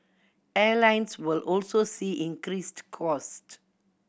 airlines will also see increased cost